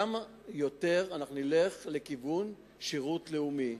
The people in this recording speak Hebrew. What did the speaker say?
שם נלך יותר לכיוון שירות לאומי.